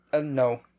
No